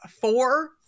four